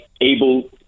able